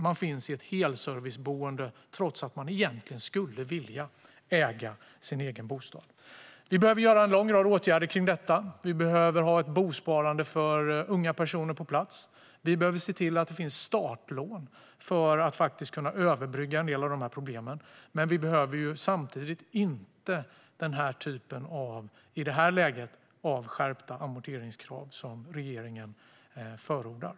Man finns i ett helserviceboende trots att man egentligen skulle vilja äga sin egen bostad. Vi behöver vidta en lång rad åtgärder vad gäller detta. Vi behöver få ett bosparande för unga personer på plats, och vi behöver se till att det finns startlån för att kunna överbrygga en del av dessa problem. Samtidigt behöver vi i detta läge inte den typ av skärpta amorteringskrav som regeringen förordar.